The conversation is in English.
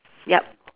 yup